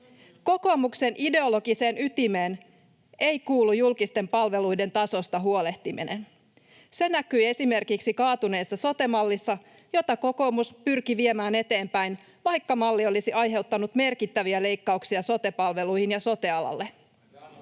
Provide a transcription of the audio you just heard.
Kokoomuksen ideologiseen ytimeen ei kuulu julkisten palveluiden tasosta huolehtiminen. Se näkyi esimerkiksi kaatuneessa sote-mallissa, jota kokoomus pyrki viemään eteenpäin, vaikka malli olisi aiheuttanut merkittäviä leikkauksia sote-palveluihin ja sote-alalle.